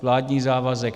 Vládní závazek.